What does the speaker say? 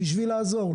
בשביל לעזור,